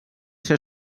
ser